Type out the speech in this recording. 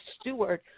steward